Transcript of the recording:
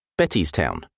Bettystown